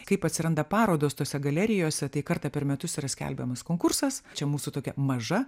kaip atsiranda parodos tose galerijose tai kartą per metus yra skelbiamas konkursas čia mūsų tokia maža